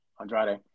Andrade